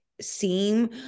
seem